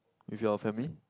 with your family